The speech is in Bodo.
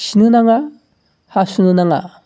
खिनो नाङा हासुनो नाङा